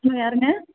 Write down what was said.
ம் யாருங்க